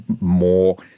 more